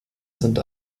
sind